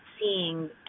seeing